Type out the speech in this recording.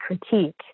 critique